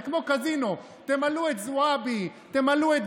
זה כמו קזינו, תמלאו את זועבי, תמלאו את